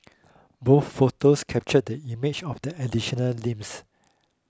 both photos captured the image of the additional limbs